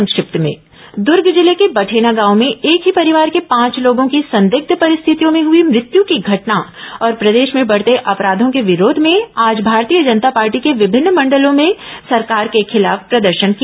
संक्षिप्त समाचार दुर्ग जिले के बठेना गांव में एक ही परिवार के पांच लोगों की संदिग्ध परिस्थितियों में हुई मृत्यू की घटना और प्रदेश में बढ़ते अपराधों के विरोध में आज भारतीय जनता पार्टी ने विभिन्न मंडलो में सरकार के खिलाफ प्रदर्शन किया